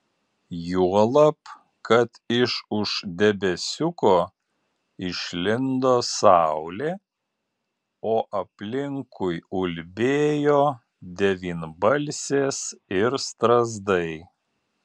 juolab kad iš už debesiuko išlindo saulė o aplinkui ulbėjo devynbalsės ir strazdai